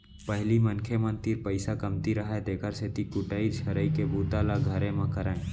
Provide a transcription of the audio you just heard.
पहिली मनखे मन तीर पइसा कमती रहय तेकर सेती कुटई छरई के बूता ल घरे म करयँ